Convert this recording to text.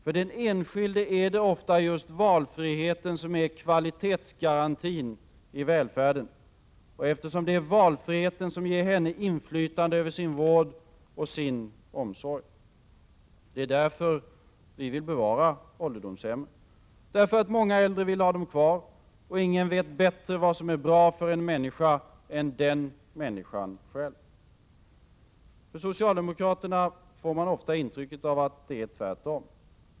För den enskilde är det ofta just valfriheten som är kvalitetsgarantin i välfärden, eftersom det är valfriheten som ger henne inflytande över sin vård och sin omsorg. Det är därför vi vill bevara ålderdomshemmen. Många äldre vill ha dem kvar, och ingen vet bättre vad som är bra för en människa än den människan själv. För socialdemokraterna får man ofta intrycket att det är tvärtom.